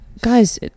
Guys